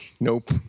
Nope